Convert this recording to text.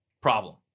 Problem